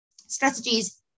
strategies